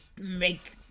make